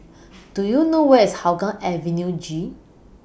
Do YOU know Where IS Hougang Avenue G